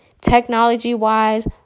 Technology-wise